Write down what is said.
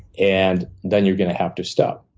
and then you're gonna have to stop.